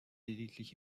lediglich